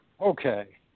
Okay